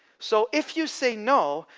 so if you say no,